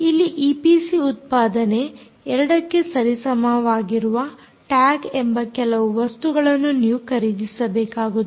ಇಲ್ಲಿ ಈಪಿಸಿ ಉತ್ಪಾದನೆ 2ಕ್ಕೆ ಸರಿಸಮವಾಗಿರುವ ಟ್ಯಾಗ್ಎಂಬ ಕೆಲವು ವಸ್ತುಗಳನ್ನು ನೀವು ಖರೀದಿಸಬೇಕಾಗುತ್ತದೆ